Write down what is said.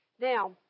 Now